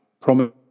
promise